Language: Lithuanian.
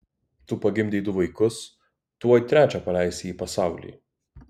tu pagimdei du vaikus tuoj trečią paleisi į pasaulį